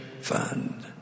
fund